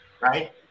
right